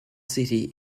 city